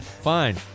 Fine